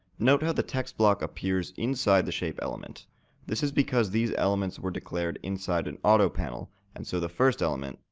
note how the textblock appears inside the shape element this is because these elements were declared inside an auto panel, and so the first element,